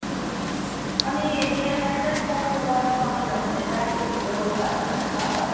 ए अनि के अरे बाइचान्स ट्रेकिङ गर्नु सकिएन भने चाहिँ गाडीहरूको व्यवस्थाहरू पनि छ